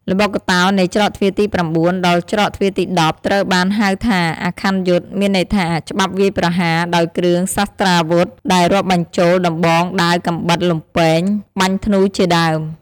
ល្បុក្កតោ នៃច្រកទ្វារទី៩ ដល់ច្រកទ្វារទី១០ ត្រូវបានហៅថា "អាខ័នយុទ្ធ" មានន័យថា ច្បាប់វាយប្រហារ ដោយគ្រឿងសាស្ត្រាវុធ ដែលរាប់បញ្ចូល ដំបង ដាវ កាំបិត លំពែង បាញ់ធ្នូរជាដើម។